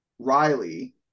riley